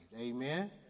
amen